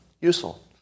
Useful